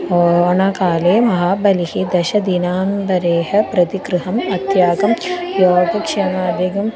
ओणकाले महाबलिः दशदिनान्तरे प्रतिगृहम् अस्माकं योगक्षेमादिकं